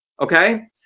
Okay